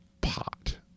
pot